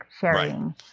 sharing